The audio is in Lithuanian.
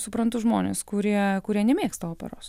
suprantu žmones kurie kurie nemėgsta operos